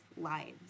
lives